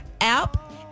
app